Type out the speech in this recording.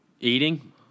Eating